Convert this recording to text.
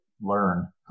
learn